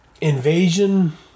invasion